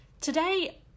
Today